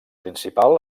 principal